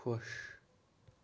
خۄش